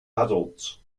adults